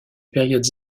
périodes